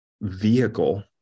vehicle